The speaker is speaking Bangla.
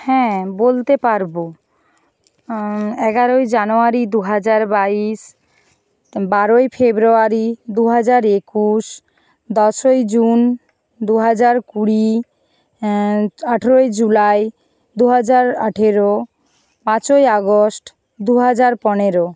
হ্যাঁ বলতে পারব এগারোই জানুয়ারি দু হাজার বাইশ বারোই ফেব্রুয়ারি দু হাজার একুশ দশই জুন দু হাজার কুড়ি আঠেরোই জুলাই দু হাজার আঠেরো পাঁচই আগস্ট দু হাজার পনেরো